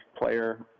player